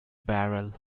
barrel